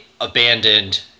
abandoned